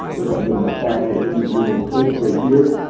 which i'm going to apply in this little clip right here,